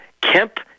Kemp